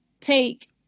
take